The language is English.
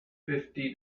fifty